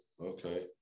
okay